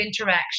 interaction